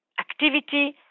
activity